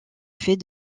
fait